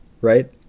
Right